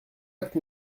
acte